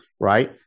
right